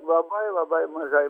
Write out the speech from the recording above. labai labai mažai